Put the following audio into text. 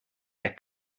der